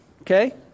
Okay